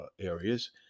areas